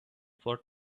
for